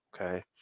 okay